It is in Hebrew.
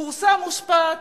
פורסם משפט,